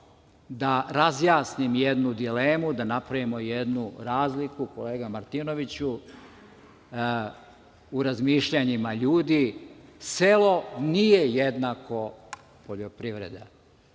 da razjasnim jednu dilemu, da napravimo jednu razliku, kolega Martinoviću, u razmišljanjima ljudi. Selo nije jednako poljoprivreda.